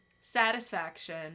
satisfaction